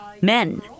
Men